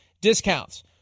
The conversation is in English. discounts